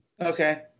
Okay